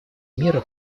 мира